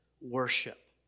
worship